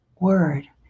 word